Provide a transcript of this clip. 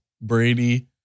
Brady